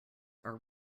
are